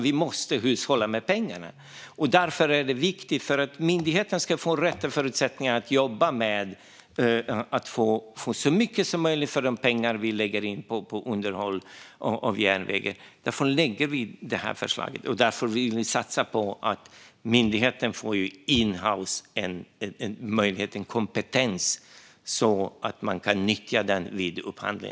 Vi måste hushålla med pengarna. Därför är det viktigt att myndigheten får rätt förutsättningar så att vi får så mycket underhåll av järnvägen som möjligt för de pengar som vi lägger in. Därför lägger vi fram detta förslag, och därför vill vi satsa på att myndigheten in-house ska få en möjlighet till kompetens som man kan nyttja vid upphandling.